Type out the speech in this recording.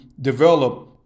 develop